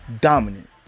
Dominant